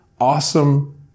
awesome